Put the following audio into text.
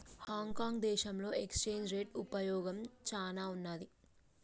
Hong Kong దేశంలో exchange rate ఉపయోగం చానా ఉన్నాది